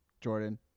Jordan